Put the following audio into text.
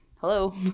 hello